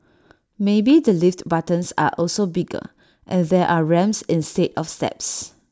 maybe the lift buttons are also bigger and there are ramps instead of steps